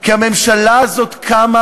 כי הממשלה הזאת קמה